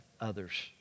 others